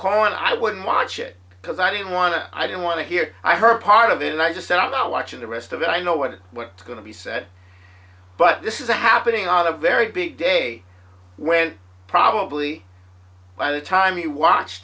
coren i wouldn't watch it because i don't want to i don't want to hear i heard part of it and i just said i'm not watching the rest of it i know what what's going to be said but this is happening on the very big day when probably by the time you watch